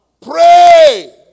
pray